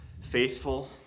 faithful